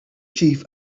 chief